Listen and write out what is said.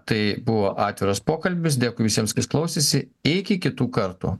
tai buvo atviras pokalbis dėkuj visiems kas klausėsi iki kitų kartų